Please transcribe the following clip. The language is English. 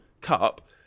cup